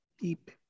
deep